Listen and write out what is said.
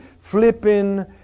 flipping